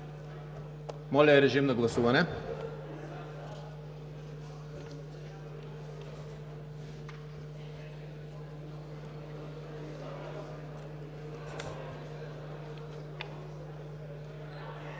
Моля, режим на гласуване.